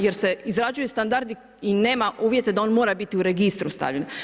Jer se izrađuju standardi i nema uvjete da on mora biti u registru stavljen.